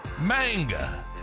manga